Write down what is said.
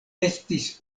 estis